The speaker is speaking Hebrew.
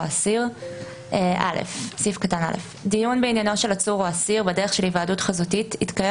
האסיר דיון בעניינו של עצור או אסיר בדרך של היוועדות חזותית יתקיים